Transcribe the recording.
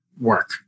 work